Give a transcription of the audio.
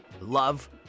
Love